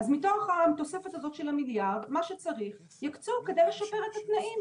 אז מתוך התוספת הזאת של המיליארד יקצו מה שצריך כדי לשפר את התנאים.